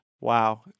Wow